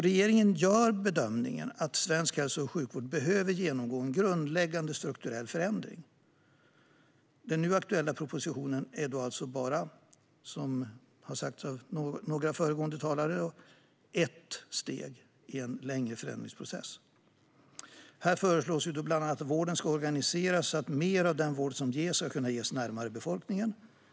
Regeringen gör därför bedömningen att den svenska hälso och sjukvården behöver genomgå en grundläggande strukturell förändring. Som några föregående talare har sagt är den nu aktuella propositionen är bara ett steg i en längre förändringsprocess. I den föreslås bland annat hur vården ska organiseras så att mer av den vård som ges kan ges närmare befolkningen.